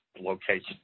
location